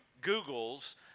Google's